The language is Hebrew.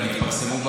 גם התפרסמו,